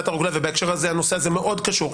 הרוגלה ובנושא הזה ההקשר הזה מאוד קשור,